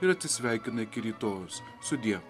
ir atsisveikina iki rytojaus sudie